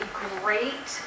great